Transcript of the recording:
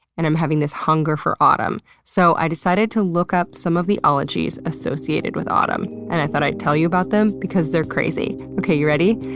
and i'm having this hunger for autumn. so i decided to look up some of the ologies associated with autumn and i thought i'd tell you about them because they're crazy. okay, you ready?